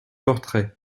portraits